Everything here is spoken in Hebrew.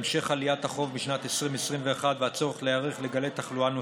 המשך עליית החוב בשנת 2021 והצורך להיערך לגלי תחלואה נוספים,